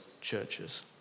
churches